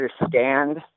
understand